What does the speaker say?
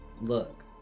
look